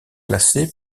classé